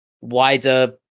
wider